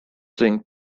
doing